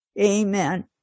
Amen